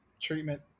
treatment